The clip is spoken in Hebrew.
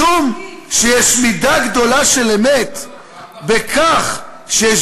"משום שיש מידה גדולה של אמת בכך שיש